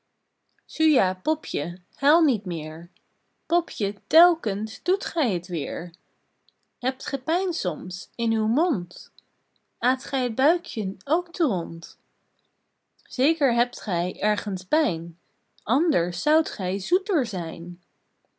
suja popje huil niet meer popje telkens doet gij t weer hebt gij pijn soms in uw mond aat gij t buikjen ook te rond zeker hebt gij ergens pijn anders zoudt gij zoeter zijn